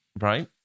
right